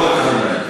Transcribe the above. לא רק חניה.